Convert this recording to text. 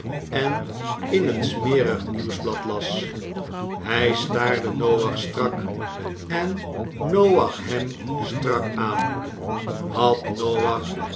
en in een smerig nieuwsblad las hij staarde noach strak en noach hem strak aan had noach